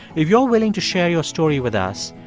if you're willing to share your story with us,